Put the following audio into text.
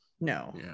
No